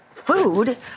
food